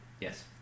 Yes